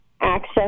access